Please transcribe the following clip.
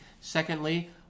Secondly